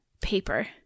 paper